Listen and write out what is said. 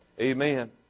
Amen